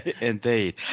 indeed